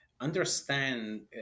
understand